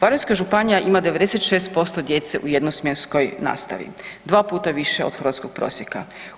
Varaždinska županija ima 96% djece u jednosmjenskoj nastavi, 2 puta više od hrvatskog prosjeka.